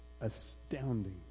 astounding